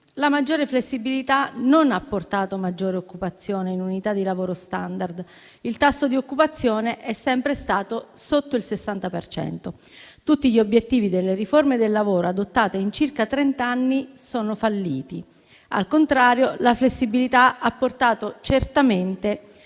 La maggiore flessibilità non ha portato maggiore occupazione in unità di lavoro *standard*. Il tasso di occupazione è sempre stato sotto il 60 per cento. Tutti gli obiettivi delle riforme del lavoro, adottate in circa trent'anni, sono falliti. Al contrario, la flessibilità ha portato certamente